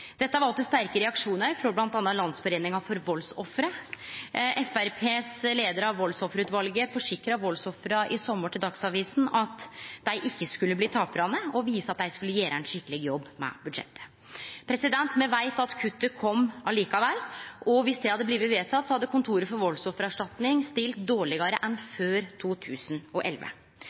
Dette vakte sterke reaksjonar frå bl.a. Landsforeningen for Voldsofre. Framstegspartiets leiar av valdsofferutvalet forsikra valdsofra i sommar i Dagsavisen at dei ikkje skulle bli taparane, og viste til at dei skulle gjere ein skikkeleg jobb med budsjettet. Me veit at kuttet kom likevel, og dersom det hadde blitt vedteke, hadde Kontoret for valdsofferserstatning stilt dårlegare enn før 2011.